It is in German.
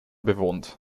bewohnt